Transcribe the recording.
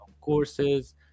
courses